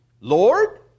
Lord